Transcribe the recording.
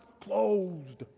closed